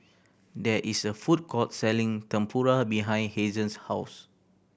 there is a food court selling Tempura behind Hazen's house